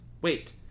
Wait